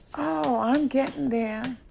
oh, i'm getting there.